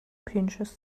pinches